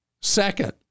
Second